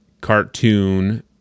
cartoon